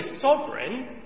sovereign